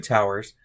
Towers